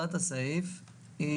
לדעתנו הסעיף הזה